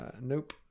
Nope